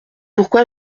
pourquoi